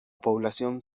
población